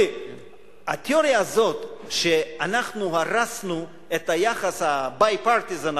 התיאוריה הזאת שאנחנו הרסנו את יחס ה-bipartisan,